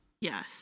Yes